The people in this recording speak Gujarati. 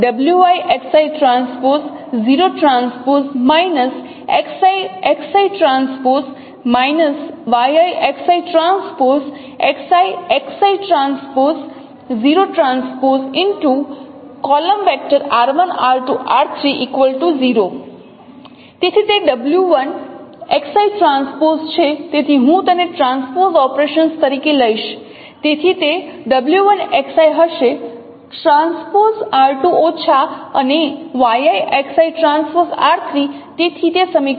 તેથી હું તેને ટ્રાન્સપોઝ ઓપરેશન્સ તરીકે લઈશ તેથી તે w1 X i હશે ટ્રાન્સપોઝ r 2 ઓછા અને y i X i transpose r 3 તેથી તે સમીકરણ છે